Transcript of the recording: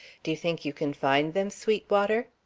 do you think you can find them, sweetwater?